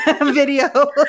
video